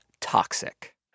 toxic